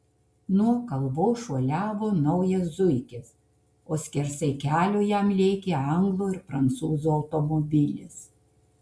nuo kalvos šuoliavo naujas zuikis o skersai kelio jam lėkė anglo ir prancūzo automobilis